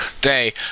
day